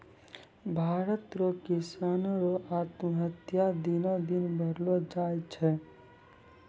भारत रो किसानो रो आत्महत्या दिनो दिन बढ़लो जाय छै